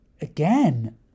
again